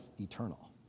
eternal